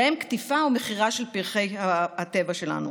ובהם קטיפה ומכירה של פרחי הבר בטבע שלנו.